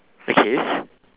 which is